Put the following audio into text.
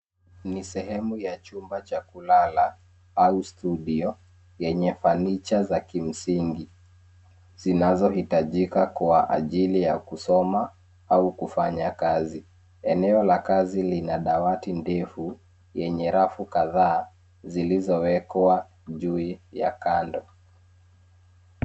Ni sehemu ya chumba cha kulala au studio yenye fanicha za kimsingi zinazo hitajika kwa ajili ya kusoma au kufanya kazi. Eneo la kazi lina dawati ndefu yenye rafu kadhaa zilizo wekwa juu ya kando.